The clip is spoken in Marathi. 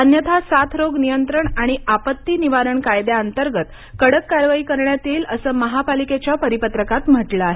अन्यथा साथरोग नियंत्रण आणि आपत्ती निवारण कायद्यांअंतर्गत कडक कारवाई करण्यात येईल असं महापालिकेच्या परिपत्रकात म्हटलं आहे